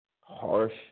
harsh